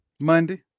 Monday